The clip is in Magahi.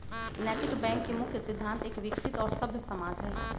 नैतिक बैंक के मुख्य सिद्धान्त एक विकसित और सभ्य समाज हई